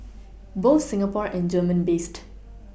both Singapore and German based